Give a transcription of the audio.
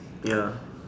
ya